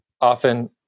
often